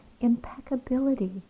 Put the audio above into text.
impeccability